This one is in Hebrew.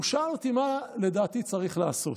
הוא שאל אותי מה לדעתי צריך לעשות.